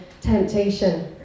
temptation